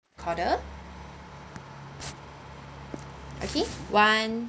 okay one